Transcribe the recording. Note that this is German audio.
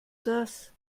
das